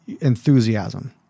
enthusiasm